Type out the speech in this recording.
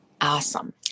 awesome